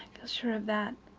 sure of that.